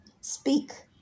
Speak